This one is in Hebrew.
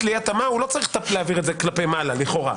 לאי התאמה לא צריך להעביר את זה כלפי מעלה לכאורה.